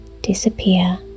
disappear